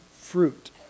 fruit